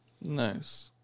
Nice